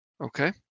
Okay